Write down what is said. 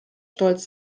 stolz